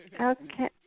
Okay